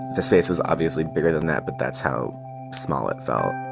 the space is obviously bigger than that, but that's how small it felt